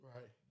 Right